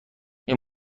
این